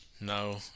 No